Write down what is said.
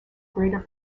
greater